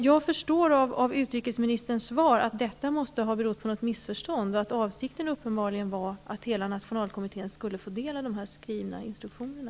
Jag förstår av utrikesministerns svar att detta måste ha berott på något missförstånd och att avsikten uppenbarligen var att hela nationalkommittén skulle få del av de skrivna instruktionerna.